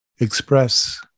express